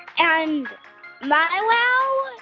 and my wow is